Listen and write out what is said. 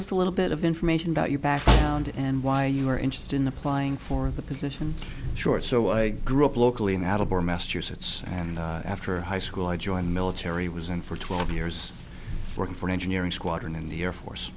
us a little bit of information about you back around and why you were interested in applying for the position short so i grew up locally in attleboro massachusetts and after high school i joined the military was and for twelve years working for an engineering squadron in the air force